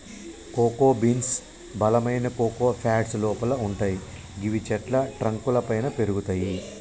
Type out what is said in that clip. cocoa beans బలమైన cocoa pods లోపల వుంటయ్ గివి చెట్ల ట్రంక్ లపైన పెరుగుతయి